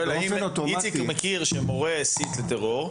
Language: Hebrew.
איציק מכיר מקרה שמורה הסית לטרור,